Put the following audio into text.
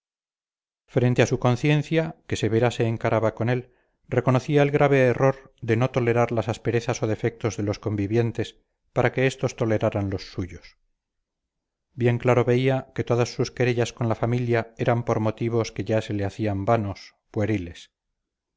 frente a su conciencia que severa se encaraba con él reconocía el grave error de no tolerar las asperezas o defectos de los convivientes para que estos toleraran los suyos bien claro veía que todas sus querellas con la familia eran por motivos que ya se le hacían vanos